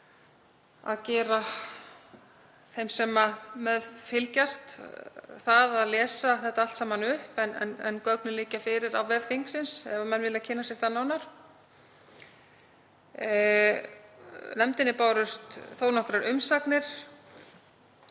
að gera þeim það sem með fylgjast að lesa þetta allt saman upp en gögnin liggja fyrir á vef þingsins ef menn vilja kynna sér þau nánar. Nefndinni bárust þó nokkrar umsagnir